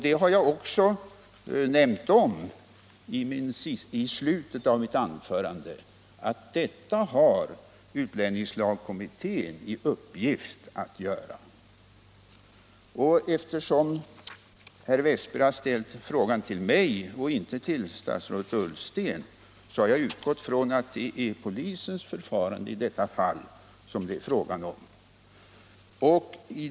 Detta har dock — och det nämnde jag också i slutet av mitt föregående anförande — utlänningslagkommittén i uppgift att göra. Eftersom herr Wästberg har ställt frågan till mig och inte till statsrådet Ullsten, har jag utgått från att det är polisens förfarande i detta fall som det gäller.